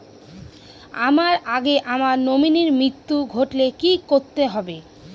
আমার আগে আমার নমিনীর মৃত্যু ঘটলে কি করতে হবে?